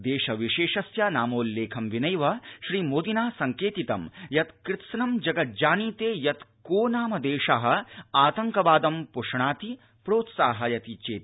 देश विशेषस्य नामोल्लेखं विनैव श्रीमोदिना संकेतितं यत कृत्स्नं जगज्जानीते यत को नाम देश आतंकवादं प्ष्पाति प्रोत्साहयति चेति